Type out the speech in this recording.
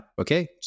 okay